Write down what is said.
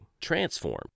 transform